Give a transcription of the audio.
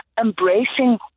embracing